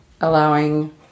allowing